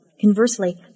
Conversely